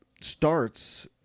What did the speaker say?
starts